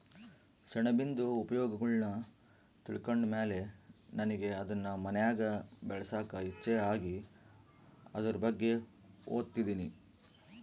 ಸೆಣಬಿಂದು ಉಪಯೋಗಗುಳ್ನ ತಿಳ್ಕಂಡ್ ಮೇಲೆ ನನಿಗೆ ಅದುನ್ ಮನ್ಯಾಗ್ ಬೆಳ್ಸಾಕ ಇಚ್ಚೆ ಆಗಿ ಅದುರ್ ಬಗ್ಗೆ ಓದ್ತದಿನಿ